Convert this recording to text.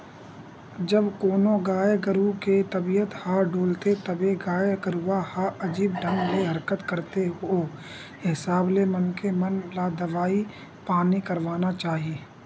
जब कोनो गाय गरु के तबीयत ह डोलथे तभे गाय गरुवा ह अजीब ढंग ले हरकत करथे ओ हिसाब ले मनखे मन ल दवई पानी करवाना चाही